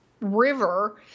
river